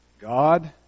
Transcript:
God